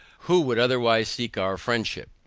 who would otherwise seek our friendship,